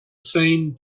same